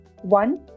One